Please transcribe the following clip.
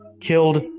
killed